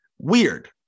Weird